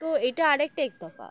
তো এটা আরেকটা এক তোফা